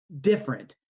different